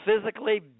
physically